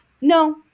No